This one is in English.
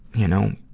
you know,